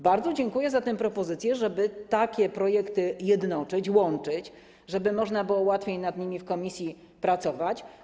Bardzo dziękuję za tę propozycję, żeby takie projekty jednoczyć, łączyć, żeby można było łatwiej nad nimi w ramach komisji pracować.